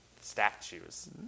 statues